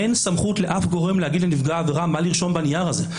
אין סמכות לאף גורם להגיד לנפגע העבירה מה לרשום בנייר הזה.